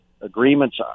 agreements